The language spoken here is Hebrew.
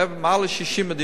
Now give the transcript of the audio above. מעל ל-60 מדינות,